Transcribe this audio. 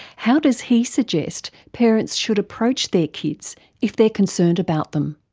how does he suggest parents should approach their kids if they're concerned about them?